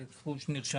אלכס קושניר,